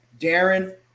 Darren